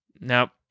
now